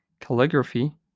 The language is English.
calligraphy